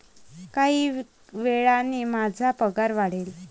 काही वेळाने माझा पगार वाढेल